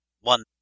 one